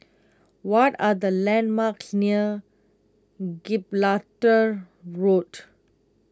what are the landmarks near Gibraltar Road